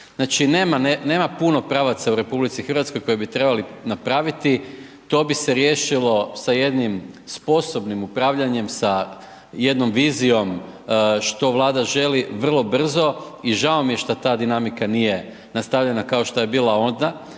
Znači nema puno pravaca u RH koji bi trebali napraviti, to bi se riješilo sa jednim sposobnim upravljanjem, sa jednom vizijom što vlada želi vrlo brzo i žao mi je što ta dinamika nije nastavljena kao što je bila onda.